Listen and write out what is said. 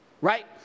Right